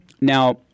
Now